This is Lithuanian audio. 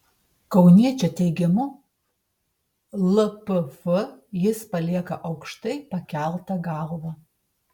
kauniečio teigimu lpf jis palieka aukštai pakelta galva